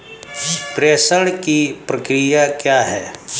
प्रेषण की प्रक्रिया क्या है?